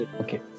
Okay